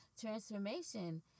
Transformation